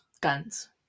Guns